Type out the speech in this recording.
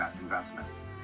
investments